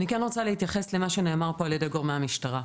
אני רוצה להתייחס למה שנאמר פה על ידי גורמי המשטרה.